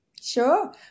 Sure